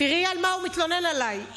תראי על מה הוא מתלונן עליי.